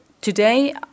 Today